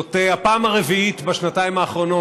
זאת הפעם הרביעית בשנתיים האחרונות,